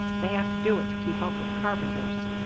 they have to do it to keep up with the carpenters.